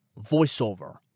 voiceover